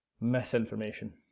Misinformation